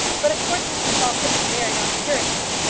but of course mr. saul couldn't marry on a curacy.